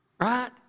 Right